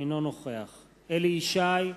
אינו נוכח אליהו ישי,